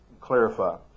clarify